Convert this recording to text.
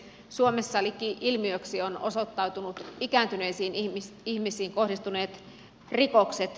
suomessa liki ilmiöksi ovat osoittautuneet ikääntyneisiin ihmisiin kohdistuneet rikokset